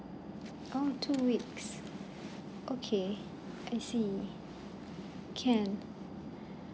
oh two weeks okay I see can